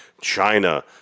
China